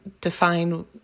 define